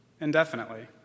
indefinitely